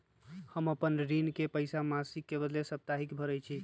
हम अपन ऋण के पइसा मासिक के बदले साप्ताहिके भरई छी